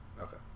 Okay